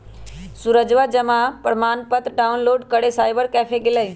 सूरजवा जमा प्रमाण पत्र डाउनलोड करे साइबर कैफे गैलय